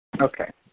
Okay